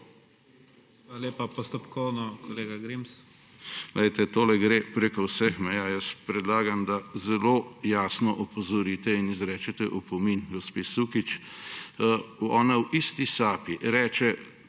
Hvala lepa. Postopkovno, kolega Grims.